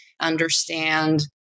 understand